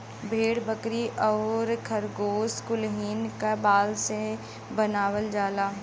भेड़ बकरी आउर खरगोस कुलहीन क बाल से बनावल जाला